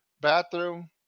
Bathroom